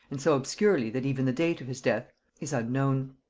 and so obscurely that even the date of his death is unknown.